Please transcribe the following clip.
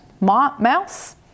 mouse